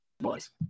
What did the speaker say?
Boys